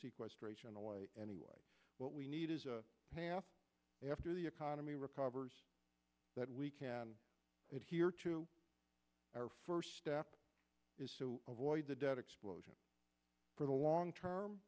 sequence straight away anyway what we need is a path after the economy recovers that we can get here to our first step is to avoid the debt explosion for the long term